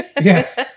Yes